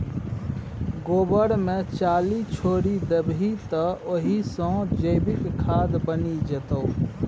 गोबर मे चाली छोरि देबही तए ओहि सँ जैविक खाद बनि जेतौ